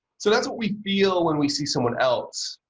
so, that's what we feel when we see someone else.